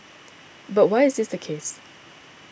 but why is this the case